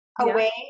away